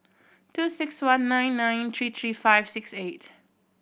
two six one nine nine three three five six eight